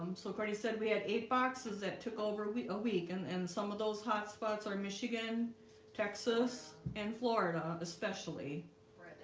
so kourtney said we had eight boxes that took over a ah week and and some of those hot spots are michigan texas and florida, especially